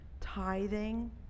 tithing